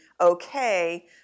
okay